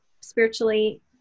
Spiritually